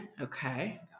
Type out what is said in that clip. Okay